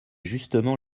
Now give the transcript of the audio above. justement